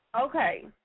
Okay